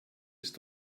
ist